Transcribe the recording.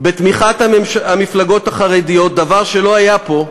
בתמיכת המפלגות החרדיות, דבר שלא היה פה,